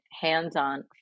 hands-on